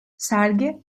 sergi